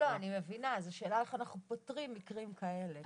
אני מבינה, אז השאלה איך אנחנו פותרים מקרים כאלה.